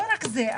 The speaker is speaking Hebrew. לא רק זה,